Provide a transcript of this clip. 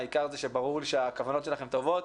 העיקר זה ברור לי שהכוונות שלכם טובות,